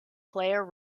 player